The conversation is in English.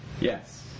Yes